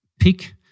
pick